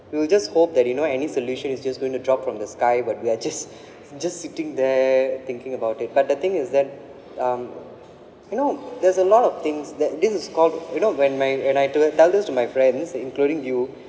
we will just hope that you know any solution is just going to drop from the sky but we're just just sitting there thinking about it but the thing is that um you know there's a lot of things that this is called you know when my when I told tell this to my friends including you